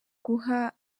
guha